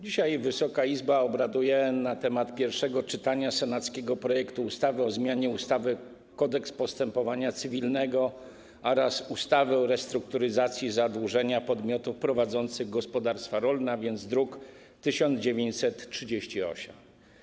Dzisiaj w Wysokiej Izbie odbywa się pierwsze czytanie senackiego projektu ustawy o zmianie ustawy - Kodeks postępowania cywilnego oraz ustawy o restrukturyzacji zadłużenia podmiotów prowadzących gospodarstwa rolne, druk nr 1938.